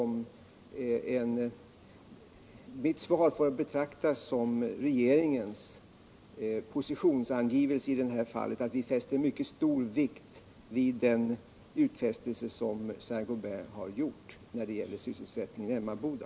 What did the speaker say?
Mitt svar får betraktas som regeringens positionsangivelse i detta fall: Vi fäster mycket stor vikt vid den utfästelse Saint Gobain gjort när det gäller sysselsättningen i Emmaboda.